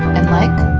and like